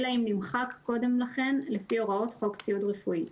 אלא אם כן נמחק קודם לכן לפי הוראות חוק ציוד רפואי.